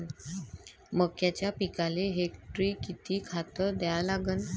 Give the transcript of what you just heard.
मक्याच्या पिकाले हेक्टरी किती खात द्या लागन?